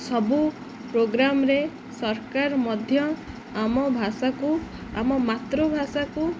ସବୁ ପ୍ରୋଗ୍ରାମରେ ସରକାର ମଧ୍ୟ ଆମ ଭାଷାକୁ ଆମ ମାତୃଭାଷାକୁ